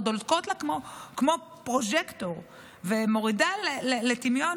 הן כבר דולקות לה כמו פרוז'קטור, ומורידה לטמיון